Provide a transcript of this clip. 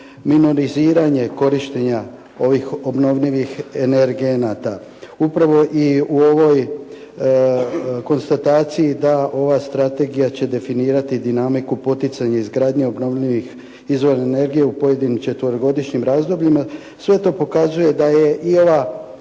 minoriziranje korištenja ovih obnovljivih energenata. Upravo i u ovoj konstataciji da ova strategija će definirati dinamiku poticanje izgradnje obnovljivih izvora energije u pojedinim četverogodišnjim razdobljima. Sve to pokazuje da je i ova